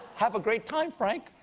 have a great time, frank.